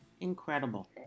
incredible